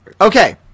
Okay